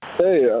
Hey